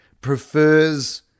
prefers